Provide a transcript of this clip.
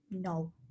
No